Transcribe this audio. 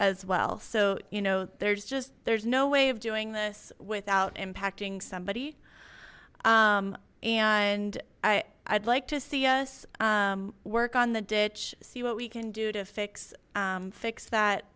as well so you know there's just there's no way of doing this without impacting somebody and i i'd like to see us work on the ditch see what we can do to fix fix that